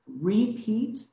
repeat